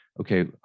okay